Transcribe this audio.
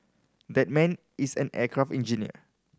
that man is an aircraft engineer